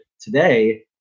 today